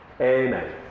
amen